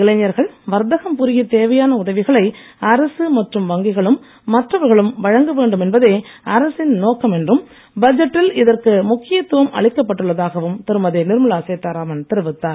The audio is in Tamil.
இளைஞர்கள் வர்த்தகம் புரிய தேவையான உதவிகளை அரசு மற்றும் வங்கிகளும் மற்றவர்களும் வழங்க வேண்டும் என்பதே அரசின் நோக்கம் என்றும் பட்ஜெட்டில் இதற்கு முக்கியத்துவம் அளிக்கப்பட்டுள்ளதாகவும் திருமதி நிர்மலா சீதாராமன் தெரிவித்தார்